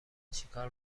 چیکار